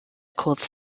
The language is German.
kurz